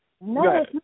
No